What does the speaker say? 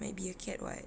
might be a cat [what]